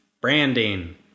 branding